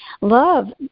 love